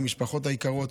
המשפחות היקרות,